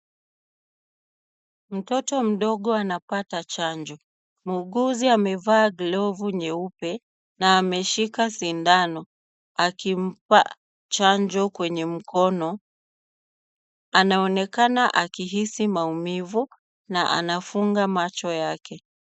Mtoto mdogo anapata chanjo muuguzi amevaa glovu nyeupe na ameshika sindano, akimpa chanjo kwenye mkono anaonekana akihisi maumivu akifunga macho yake.